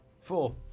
Four